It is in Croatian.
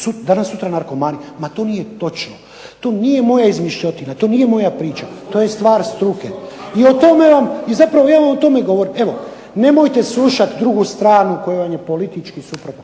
danas sutra narkomani. Ma to nije točno. To nije moja izmišljotina, to nije moja priča, to je stvar struke. Zapravo ja vam o tome govorim. Nemojte slušati drugu stranu koja vam je suprotno